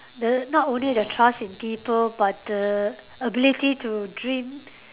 the not only the trust in people but the ability to dream